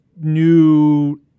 new